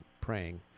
praying